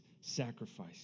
sacrifice